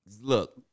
Look